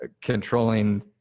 controlling